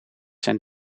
zijn